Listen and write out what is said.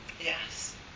yes